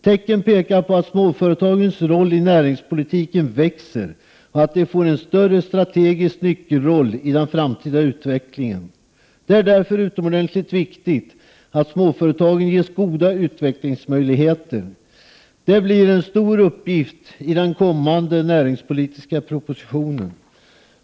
Tecken pekar på att småföretagens roll i näringspolitiken växer och att de får en större strategisk nyckelroll i den framtida utvecklingen. Det är därför utomordentligt viktigt att småföretagen ges goda utvecklingsmöjligheter. Detta blir en stor uppgift i den kommande näringspolitiska propositionen.